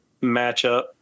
matchup